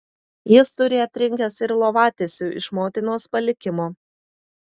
jis turi atrinkęs ir lovatiesių iš motinos palikimo